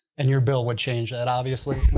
and your bill would change that, obviously?